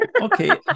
okay